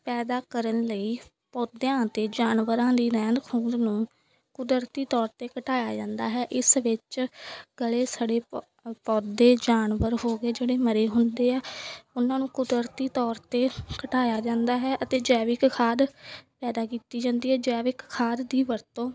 ਪੈਦਾ ਕਰਨ ਲਈ ਪੌਦਿਆਂ ਅਤੇ ਜਾਨਵਰਾਂ ਦੀ ਰਹਿੰਦ ਖੂੰਹਦ ਨੂੰ ਕੁਦਰਤੀ ਤੌਰ 'ਤੇ ਘਟਾਇਆ ਜਾਂਦਾ ਹੈ ਇਸ ਵਿੱਚ ਗਲੇ ਸੜੇ ਪੋ ਪੌਦੇ ਜਾਨਵਰ ਹੋ ਗਏ ਜਿਹੜੇ ਮਰੇ ਹੁੰਦੇ ਆ ਉਹਨਾਂ ਨੂੰ ਕੁਦਰਤੀ ਤੌਰ 'ਤੇ ਘਟਾਇਆ ਜਾਂਦਾ ਹੈ ਅਤੇ ਜੈਵਿਕ ਖਾਦ ਪੈਦਾ ਕੀਤੀ ਜਾਂਦੀ ਹੈ ਜੈਵਿਕ ਖਾਦ ਦੀ ਵਰਤੋਂ